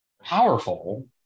powerful